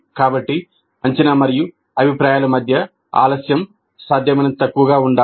కాబట్టి అంచనా మరియు అభిప్రాయాల మధ్య ఆలస్యం సాధ్యమైనంత తక్కువగా ఉండాలి